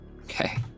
Okay